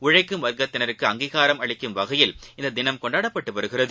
உழைக்கும் வர்க்கத்தினருக்கு அங்கீகாரம் அளிக்கும் வகையில் இந்ததினம் கொண்டாடப்பட்டுவருகிறது